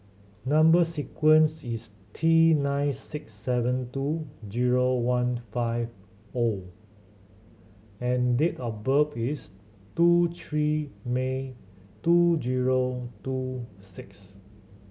number sequence is T nine six seven two zero one five O and date of birth is two three May two zero two six